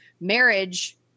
marriage